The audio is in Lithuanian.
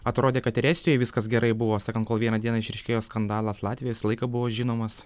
atrodė kad ir estijoj viskas gerai buvo sakant kol vieną dieną išryškėjo skandalas latvija visą laiką buvo žinomas